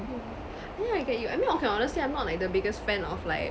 yeah I think I get you I mean okay honestly I'm not like the biggest fan of like